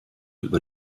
über